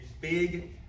big